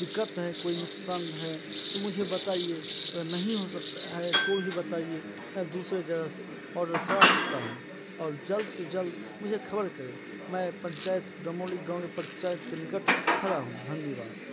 दिक्कत है कोई नुकसान है तो मुझे बताइए अगर नहीं हो सकता है तो भी बताइए मैं दूसरे जगह से ऑर्डर करा सकता हूँ और जल्द से जल्द मुझे खबर करें मैं पंचायत प्रोमोली गाँव में पंचायत के निकट खड़ा हूँ धन्यवाद